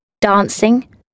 dancing